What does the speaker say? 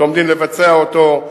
שעומדים לבצע אותו,